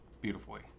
beautifully